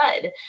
good